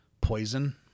poison